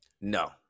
No